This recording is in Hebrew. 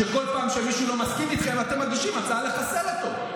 שבכל פעם כשמישהו לא מסכים איתכם אתם מגישים הצעה לחסל אותו.